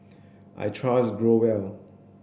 I trust Growell